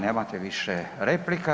Nemate više replika.